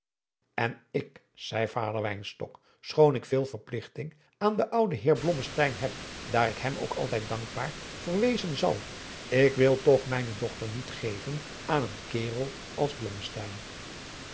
en ik zei vader wynstok schoon ik veel verpligting aan den ouden heer blommesteyn heb daar ik hem ook altijd dankbaar voor wezen zal ik wil toch mijne dochter niet geven aan een karel als